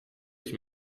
ich